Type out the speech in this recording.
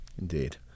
Indeed